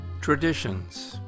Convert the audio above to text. Traditions